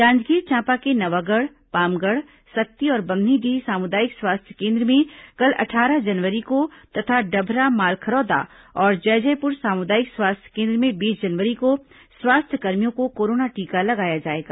जांजगीर चांपा के नवागढ़ पामगढ़ सक्ती और बम्हनीडीह सामुदायिक स्वास्थ्य केन्द्र में कल अट्ठारह जनवरी को तथा डभरा मालखरौदा और जैजेपुर सामुदायिक स्वास्थ्य केन्द्र में बीस जनवरी को स्वास्थ्य कर्मियों को कोरोना टीका लगाया जाएगा